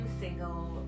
single